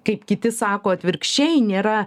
kaip kiti sako atvirkščiai nėra